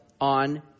on